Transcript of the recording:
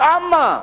כמה?